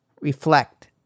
reflect